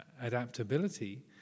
adaptability